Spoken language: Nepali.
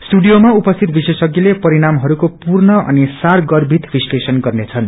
स्टूडियोमा उपसिति विशेषज्ञस्ले परिणामइस्को पूर्ण अनि सागर्भित विश्लेषण गर्नेछन्